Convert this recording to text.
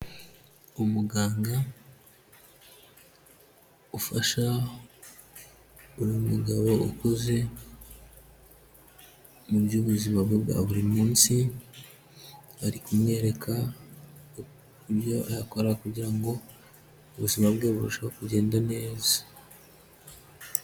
Umuganga ufasha uyu mugabo ukuze mu by'ubuzima bwe bwa buri munsi, ari kumwereka ibyo akora kugira ngo ubuzima bwe burusheho kugenda neza.